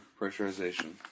pressurization